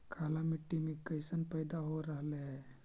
काला मिट्टी मे कैसन पैदा हो रहले है?